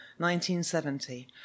1970